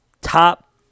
top